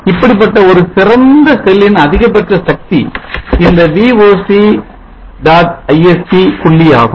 இப்படிப்பட்ட ஒரு சிறந்த செல்லின் அதிகபட்ச சக்தி இந்த VocIsc புள்ளியாகும்